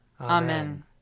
Amen